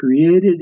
created